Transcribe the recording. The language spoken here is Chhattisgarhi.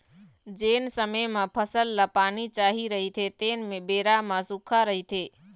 जेन समे म फसल ल पानी चाही रहिथे तेन बेरा म सुक्खा रहिथे